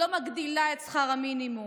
מגדילה את שכר המינימום,